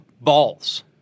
balls